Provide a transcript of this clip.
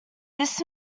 this